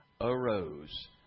arose